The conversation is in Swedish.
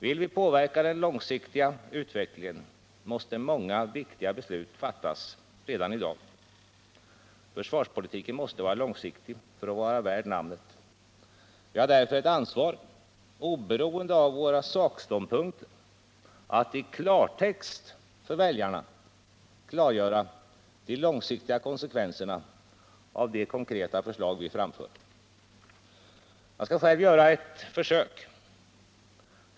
Vill vi påverka den långsiktiga utvecklingen måste många viktiga beslut fattas redan i dag. Försvarspolitiken måste vara långsiktig för att vara värd namnet. Vi har därför ett ansvar, oberoende av våra sakståndpunkter, att i klartext för väljarna klargöra de långsiktiga konsekvenserna av de konkreta förslag vi framför. Jag skall själv göra ett försök.